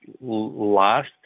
last